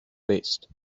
best